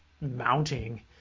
mounting